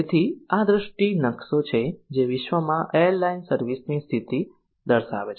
તેથી આ દ્રષ્ટિ નકશો છે જે વિશ્વમાં એરલાઇન સર્વિસ ની સ્થિતિ દર્શાવે છે